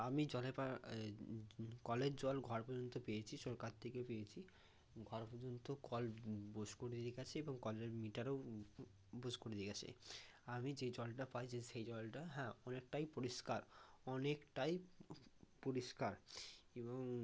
আমি জলে পা এই কলের জল ঘর পর্যন্ত পেয়েছি সরকার থেকে পেয়েছি ঘর পর্যন্ত কল বসিয়ে দিয়ে গিয়েছে এবং কলের মিটারও বোস করে দিয়ে গিয়েছে আর আমি যে জলটা পাই সে জলটা হ্যাঁ অনেকটাই পরিষ্কার অনেকটাই পরিষ্কার এবং